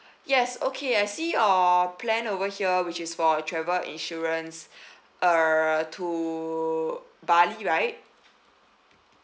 yes okay I see your plan over here which is for travel insurance err to bali right